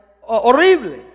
horrible